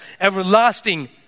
everlasting